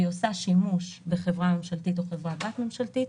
והיא עושה שימוש בחברה ממשלתית או בחברה-בת ממשלתית,